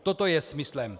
Toto je smyslem.